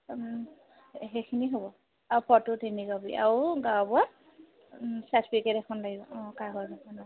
সেইখিনি হ'ব আৰু ফটো তিনি কপি আৰু গাঁওবুঢ়া চাৰ্টিফিকেট এখন লাগিব অঁ কাগজ এখন অঁ